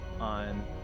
on